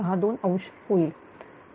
62° होईल